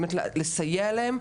לסייע להם,